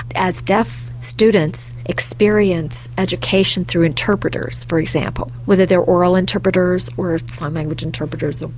as deaf students experience education through interpreters, for example, whether they're oral interpreters or sign language interpreters, ah